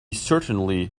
certainly